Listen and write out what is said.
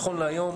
נכון להיום,